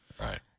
Right